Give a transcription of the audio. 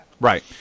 Right